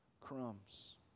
crumbs